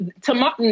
tomorrow